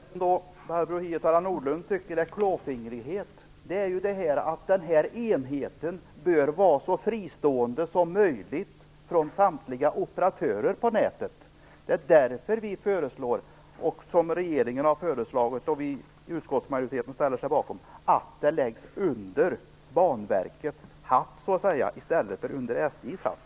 Herr talman! Det som Barbro Hietala Nordlund tycker är klåfingrighet gäller just det att den här enheten bör vara så fristående som möjligt från samtliga operatörer på nätet. Det är därför som regeringen har lagt fram förslaget och utskottsmajoriteten ställer sig bakom att det läggs under Banverkets hatt i stället för under SJ:s hatt.